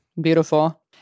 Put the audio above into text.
beautiful